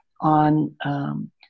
on